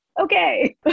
okay